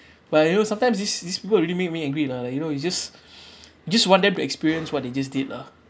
but you know sometimes these these people really make me angry lah like you know you just just want them to experience what they just did lah